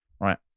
right